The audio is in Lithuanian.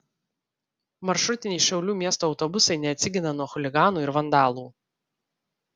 maršrutiniai šiaulių miesto autobusai neatsigina nuo chuliganų ir vandalų